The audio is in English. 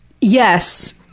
yes